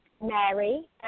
Mary